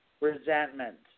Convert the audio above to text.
Resentment